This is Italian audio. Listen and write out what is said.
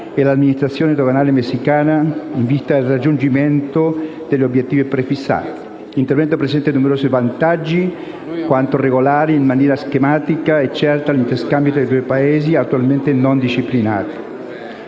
e l'amministrazione doganale messicana in vista del raggiungimento degli obiettivi prefissati. L'intervento presenta numerosi vantaggi, come quello di regolare in maniera schematica e certa gli interscambi tra i due Paesi, attualmente non disciplinati.